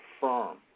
firm